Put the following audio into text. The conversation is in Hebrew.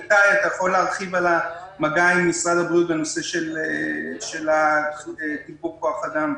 איתי קלטניק יכול להרחיב על המגע עם משרד הבריאות לגבי תגבור כוח האדם.